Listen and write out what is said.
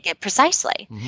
Precisely